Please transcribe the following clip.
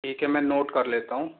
ठीक है मैं नोट कर लेता हूँ